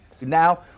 Now